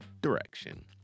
direction